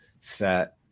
set